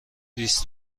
بیست